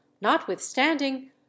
notwithstanding